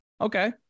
okay